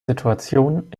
situation